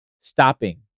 stopping